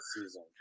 season